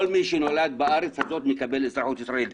כל מי שנולד בארץ הזו מקבל אזרחות ישראלית,